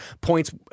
points